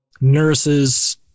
nurses